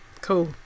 cool